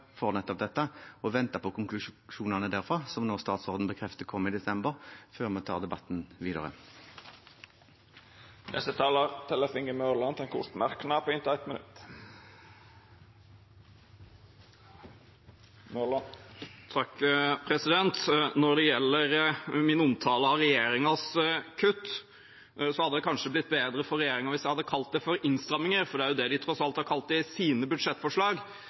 for nettopp dette, å vente på konklusjonene derfra, som statsråden nå bekrefter kommer i desember, før vi tar debatten videre. Representanten Tellef Inge Mørland har hatt ordet to gonger tidlegare og får ordet til ein kort merknad, avgrensa til 1 minutt. Når det gjelder min omtale av regjeringens kutt, hadde det kanskje blitt bedre for regjeringen hvis jeg hadde kalt det for innstramminger, for det er jo det de tross alt har kalt det i sine budsjettforslag.